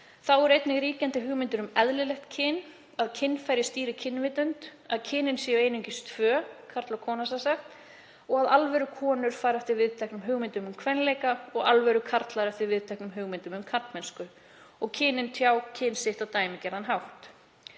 Þá eru einnig ríkjandi hugmyndir um „eðlilegt“ kyn, að kynfæri stýri kynvitund, að kynin séu einungis tvö (karl og kona) og að alvöru konur fari eftir viðteknum hugmyndum um kvenleika og alvöru karlar eftir viðteknum hugmyndum um karlmennsku og kynin tjái kyn sitt á dæmigerðan hátt.